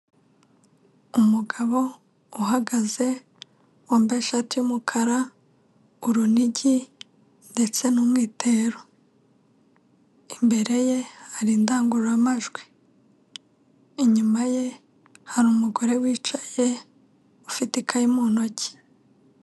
Umugabo uhagaze wambaye ishati y'umukara, urunigi ndetse n'umwitero, imbere ye hari indangururamajwi, inyuma ye hari umugore wicaye afite ikayi mu ntoki.